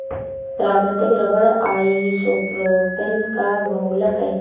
प्राकृतिक rubber isopropene का बहुलक है